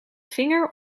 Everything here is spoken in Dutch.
vinger